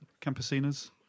Campesinas